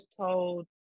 told